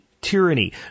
tyranny